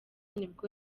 nibwo